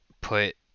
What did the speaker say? put